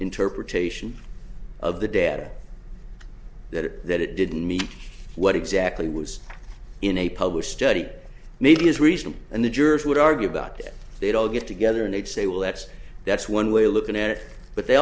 interpretation of the data that it that it didn't meet what exactly was in a published study maybe is reasonable and the jurors would argue about it they'd all get together and they'd say well that's that's one way of looking at it but they